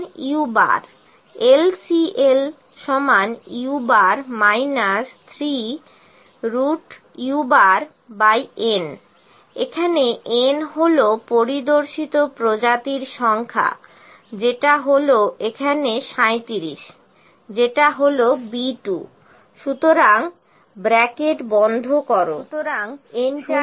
CL u LCL u 3un এখানে এই n হল পরিদর্শিত প্রজাতির সংখ্যা যেটা হলো এখানে 37 যেটা হলো B 2 সুতরাং ব্র্যাকেট বন্ধ করো এন্টার করো